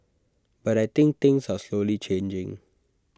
but I think things are slowly changing